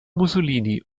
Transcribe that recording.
mussolini